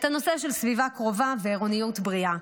הנושא של סביבה קרובה ועירוניות בריאה.